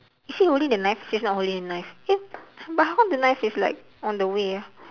is she holding the knife she's not holding the knife eh but how the knife is like on the way ah